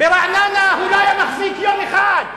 ברעננה הוא לא היה מחזיק יום אחד.